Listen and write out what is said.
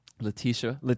Letitia